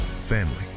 family